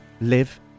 live